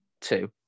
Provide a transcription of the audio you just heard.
Two